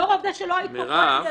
לאור העובדה שלא היית פה,